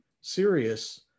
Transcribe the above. serious